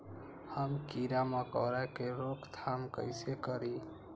हम किरा मकोरा के रोक थाम कईसे करी?